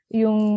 yung